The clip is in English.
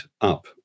up